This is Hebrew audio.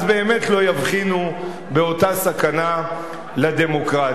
אז באמת לא יבחינו באותה סכנה לדמוקרטיה.